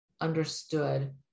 understood